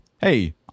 hey